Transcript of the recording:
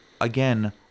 again